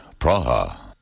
Praha